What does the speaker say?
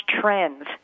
trends